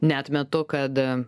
neatmetu kad